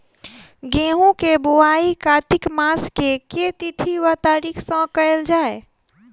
गेंहूँ केँ बोवाई कातिक मास केँ के तिथि वा तारीक सँ कैल जाए?